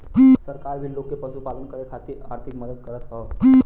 सरकार भी लोग के पशुपालन करे खातिर आर्थिक मदद करत हौ